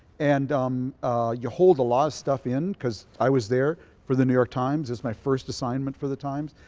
and um you hold a lot of stuff in because i was there for the new york times. it's my first assignment for the times.